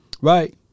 Right